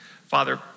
Father